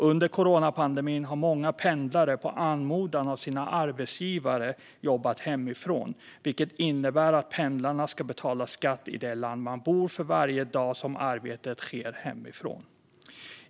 Under coronapandemin har många pendlare på anmodan av sina arbetsgivare jobbat hemifrån, vilket innebär att pendlarna ska betala skatt i det land där de bor för varje dag som arbetet sker hemifrån.